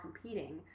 competing